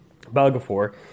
Belgafor